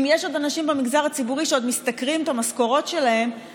אם יש עוד אנשים במגזר הציבורי שעוד משתכרים את המשכורות שלהם,